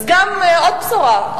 אז גם עוד בשורה,